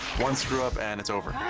one screw-up, and it's over.